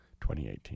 2018